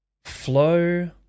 Flow